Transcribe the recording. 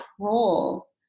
role